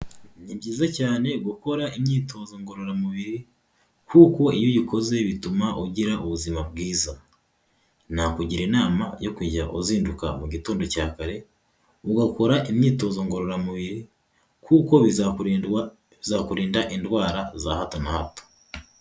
Ni byiza cyane gukora imyitozo ngororamubiri, kuko iyo uyikoze bituma ugira ubuzima bwiza, nakugira inama yo kujya uzinduka mu gitondo cya kare, ugakora imyitozo ngororamubiri, kuko bizakurinda indwara za hato na hato.